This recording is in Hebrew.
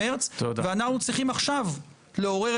מענק